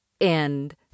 end